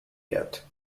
yet